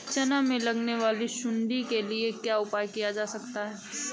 चना में लगने वाली सुंडी के लिए क्या उपाय किया जा सकता है?